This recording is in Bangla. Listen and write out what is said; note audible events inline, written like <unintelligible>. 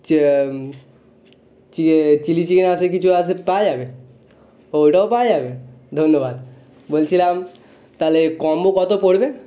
<unintelligible> চিলি চিকেন আছে কিছু আছে পাওয়া যাবে ও এটাও পাওয়া যাবে ধন্যবাদ বলছিলাম তাহলে কম্বো কত পড়বে